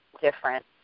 different